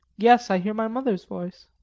yes, i hear my mother's voice.